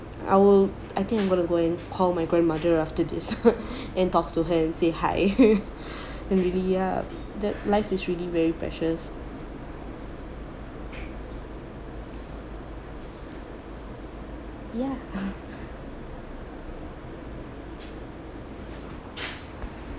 I will I think I'm gonna go and call my grandmother after this and talk to her and say hi and really ya that life is really very precious ya